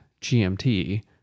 GMT